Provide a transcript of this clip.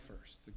first